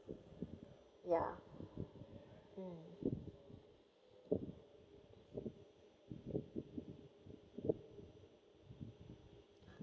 ya um